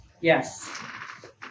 Yes